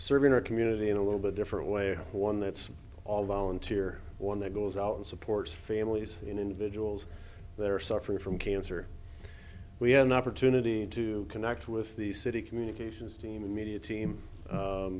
serving our community in a little bit different way one that's all volunteer one that goes out and supports families and individuals that are suffering from cancer we had an opportunity to connect with the city communications team and media team